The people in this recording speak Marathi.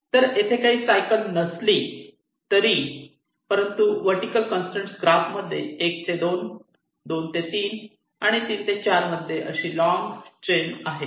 तर येथे काही सायकल नसले तरी परंतु वर्टीकल कंसट्रेन ग्राफमध्ये 1 ते 2 मध्ये 2 ते 3 आणि 3 ते ४ मध्ये अशी लॉन्ग चैन आहे